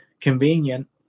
Convenient